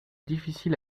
difficile